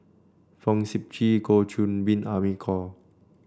Fong Sip Chee Goh Qiu Bin Amy Khor